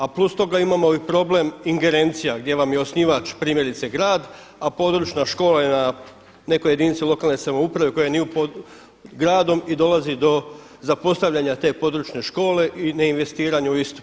A plus toga imamo i problem ingerencija gdje vam je osnivač primjerice grad, a područna škola je na nekoj jedinici lokalne samouprave koja nije pod gradom i dolazi do zapostavljanja te područne škole i neinvestiranje u istu.